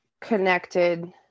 connected